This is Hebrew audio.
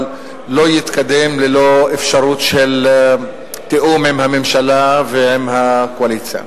אבל לא יתקדם ללא אפשרות של תיאום עם הממשלה ועם הקואליציה.